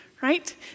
Right